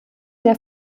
der